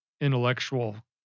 intellectual